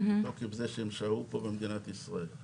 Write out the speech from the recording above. מתוקף זה שהם שהו פה במדינת ישראל.